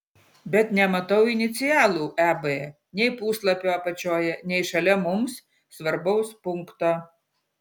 bet nematau inicialų eb nei puslapio apačioje nei šalia mums svarbaus punkto